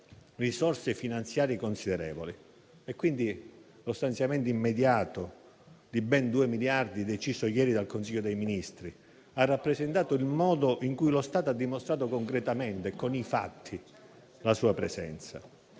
risorse finanziarie considerevoli. Quindi, lo stanziamento immediato di ben due miliardi di euro, deciso ieri dal Consiglio dei ministri, ha rappresentato il modo in cui lo Stato ha dimostrato concretamente, con i fatti, la sua presenza.